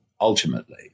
ultimately